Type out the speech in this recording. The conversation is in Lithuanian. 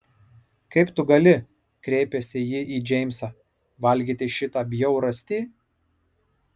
kaip tu gali kreipėsi ji į džeimsą valgyti šitą bjaurastį